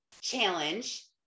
challenge